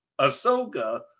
Ahsoka